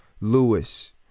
Lewis